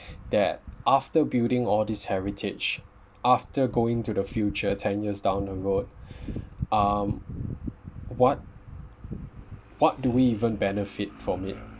that after building all these heritage after going to the future ten years down the road um what what do we even benefit from it